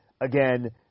Again